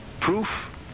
proof